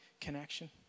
connection